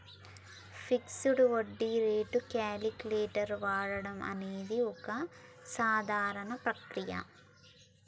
fixed వడ్డీ rate calculator వాడడం అనేది ఒక సాధారణ ప్రక్రియ